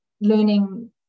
learning